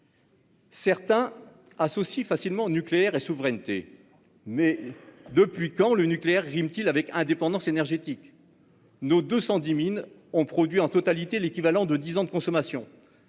Certains associent facilement nucléaire et souveraineté, mais depuis quand « nucléaire » rime-t-il avec « indépendance énergétique »? Nos 210 mines ont produit en totalité l'équivalent de dix ans de consommation.